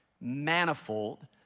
manifold